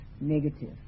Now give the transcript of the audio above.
negative